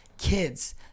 kids